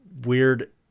weird